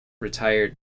retired